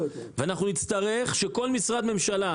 נצטרך שכל משרד ממשלה,